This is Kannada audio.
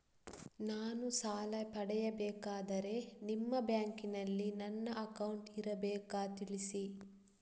ನಾನು ಸಾಲ ಪಡೆಯಬೇಕಾದರೆ ನಿಮ್ಮ ಬ್ಯಾಂಕಿನಲ್ಲಿ ನನ್ನ ಅಕೌಂಟ್ ಇರಬೇಕಾ ತಿಳಿಸಿ?